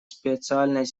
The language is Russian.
специальной